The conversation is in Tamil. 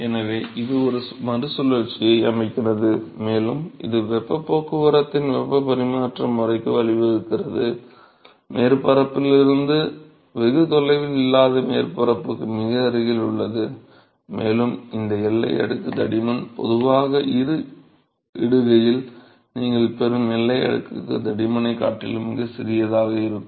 எனவே இது ஒரு மறுசுழற்சியை அமைக்கிறது மேலும் இது வெப்பப் போக்குவரத்தின் வெப்பப் பரிமாற்ற முறைக்கு வழிவகுக்கிறது மேற்பரப்பிலிருந்து வெகு தொலைவில் இல்லாத மேற்பரப்புக்கு மிக அருகில் உள்ளது மேலும் இந்த எல்லை அடுக்கு தடிமன் பொதுவாக ஒரு இடுகையில் நீங்கள் பெறும் எல்லை அடுக்கு தடிமனைக் காட்டிலும் மிகச் சிறியதாக இருக்கும்